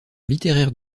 littéraire